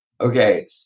Okay